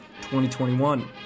2021